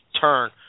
turn